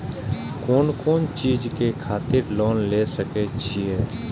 कोन कोन चीज के खातिर लोन ले सके छिए?